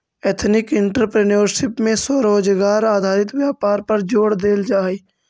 ethnic entrepreneurship में स्वरोजगार आधारित व्यापार पर जोड़ देल जा हई